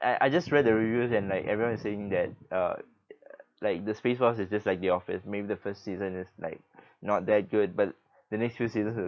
I I just read the reviews and like everyone is saying that uh like the space force is just like the office maybe the first season is like not that good but the next few seasons will